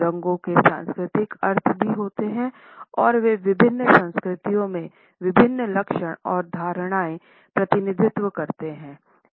रंगों के सांस्कृतिक अर्थ भी होते हैं और वे विभिन्न संस्कृतियों में विभिन्न लक्षण और धारणाएं प्रतिनिधित्व करते हैं